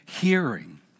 hearing